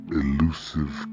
elusive